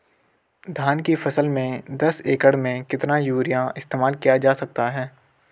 धान की फसल में दस एकड़ में कितना यूरिया इस्तेमाल किया जा सकता है?